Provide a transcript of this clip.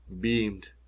beamed